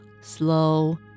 slow